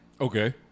Okay